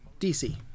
DC